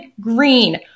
Green